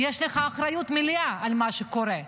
יש לך אחריות מלאה על מה שקורה.